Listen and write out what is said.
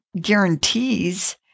guarantees